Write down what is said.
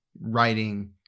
writing